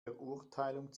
verurteilung